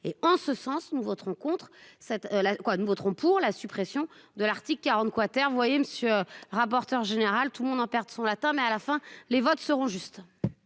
cette la quoi. Nous voterons pour la suppression de l'article 40 quater vous voyez monsieur rapporteur général tout le monde en perdre son latin. Mais à la fin. Les votes seront justes.--